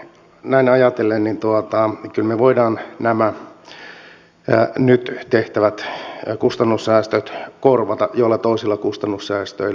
näin ajatellen me kyllä voimme nämä nyt tehtävät kustannussäästöt korvata joillain toisilla kustannussäästöillä